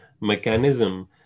mechanism